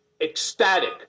ecstatic